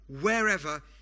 wherever